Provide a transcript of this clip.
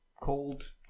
cold